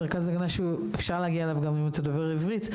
מרכז הגנה שאפשר להגיע אליו גם אתה דובר עברית,